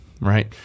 Right